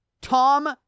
Tom